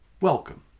welcome